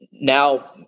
now